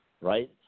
right